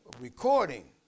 recording